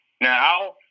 now